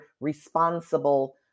responsible